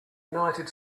united